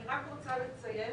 אני רק רוצה לציין